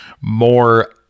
more